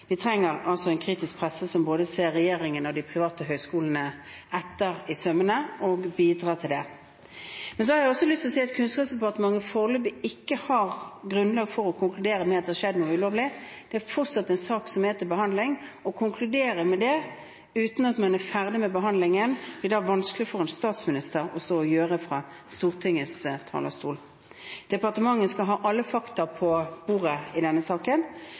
Vi trenger altså en kritisk presse som går både regjeringen og de private høyskolene etter i sømmene og bidrar til det. Men så har jeg også lyst til å si at Kunnskapsdepartementet foreløpig ikke har grunnlag for å konkludere med at det har skjedd noe ulovlig. Dette er fortsatt en sak som er til behandling. Å konkludere med det uten at man er ferdig med behandlingen, blir da vanskelig for en statsminister å stå og gjøre fra Stortingets talerstol. Departementet skal ha alle fakta på bordet i denne saken.